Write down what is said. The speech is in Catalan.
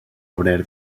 obrer